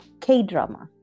k-drama